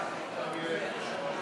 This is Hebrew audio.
התשע"ו 2016,